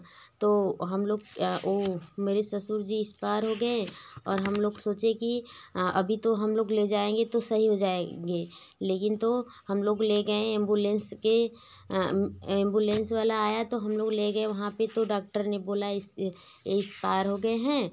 तो हम लोग क्या वह मेरे ससुर जी इस्पार हो गए और हम लोग सोचे कि अभी तो हम लोग ले जाएँगे तो सही हो जाएँगे लेकिन तो हम लोग ले गए एम्बुलेंस के एम्बुलेंस वाला आया तो हम लोग ले गए वहाँ पर तो डॉक्टर ने बोला इस इस्पार हो गए हैं